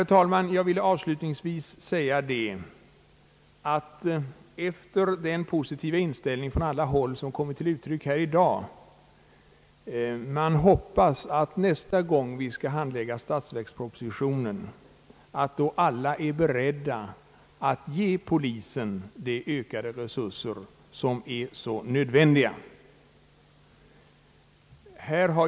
Avslutningsvis vill jag säga — efter den positiva inställning från alla håll som har kommit till uttryck här i dag — att man kanske vågar hoppas att alla, när vi nästa gång skall handlägga statsverkspropositionen, är beredda att ge polisen de ökade resurser som är så nödvändiga.